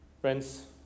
friends